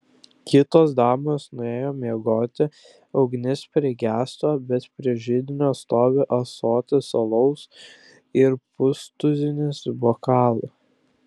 kitos damos nuėjo miegoti ugnis prigeso bet prie židinio stovi ąsotis alaus ir pustuzinis bokalų